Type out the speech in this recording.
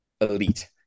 elite